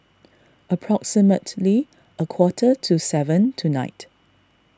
approximately a quarter to seven tonight